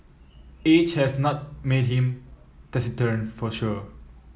age has not made him taciturn for sure